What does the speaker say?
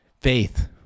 faith